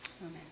Amen